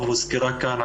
כן,